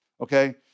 okay